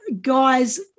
guys